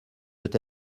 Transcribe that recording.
veut